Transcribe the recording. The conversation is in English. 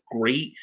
great